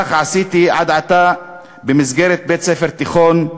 כך עשיתי עד עתה במסגרת בית-הספר התיכון,